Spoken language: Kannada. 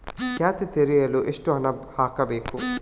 ಖಾತೆ ತೆರೆಯಲು ಎಷ್ಟು ಹಣ ಹಾಕಬೇಕು?